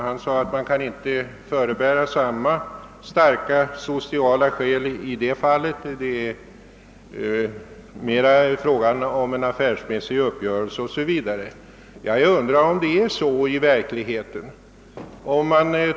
Han sade att man beträffande dem inte kunde förebära samma starka sociala skäl; det vore här Jag undrar, om det i verkligheten förhåller sig så.